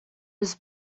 his